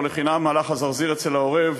לא לחינם הלך הזרזיר אצל העורב,